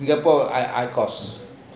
singapore I I cause